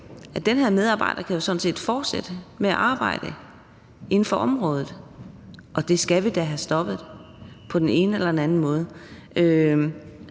Og den her medarbejder kan jo sådan set fortsætte med at arbejde inden for området, og det skal vi da have stoppet på den ene eller den anden måde.